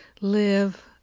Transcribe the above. live